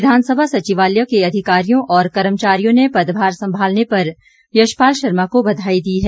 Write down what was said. विघानसभा सचिवालय के अधिकारियों और कर्मचारियों ने पदभार संभालने पर यशपाल शर्मा को बघाई दी है